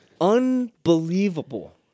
Unbelievable